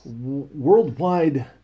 worldwide